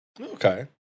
Okay